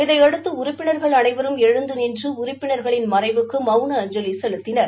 இதையடுத்து உறுப்பினர்கள் அனைவரும் எழுந்து நின்று உறுப்பினர்களின் மறைவுக்கு மவுன அஞ்சலி செலுக்கினர்